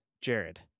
jared